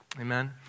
Amen